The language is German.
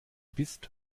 bist